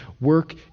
work